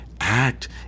act